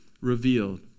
revealed